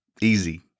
Easy